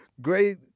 great